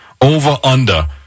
over-under